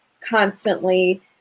constantly